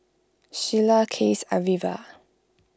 Shyla Case Arvilla